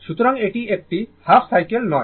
সুতরাং এটি একটি হাফ সাইকেল নয়